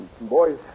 Boys